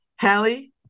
Hallie